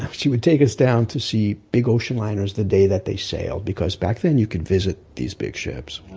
um she would take us down to see big ocean liners the day that they sailed, because back then you could visit these big ships,